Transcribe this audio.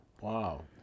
Wow